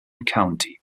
county